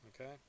okay